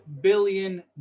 billion